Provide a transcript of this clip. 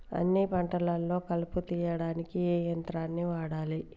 అన్ని పంటలలో కలుపు తీయనీకి ఏ యంత్రాన్ని వాడాలే?